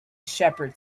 shepherd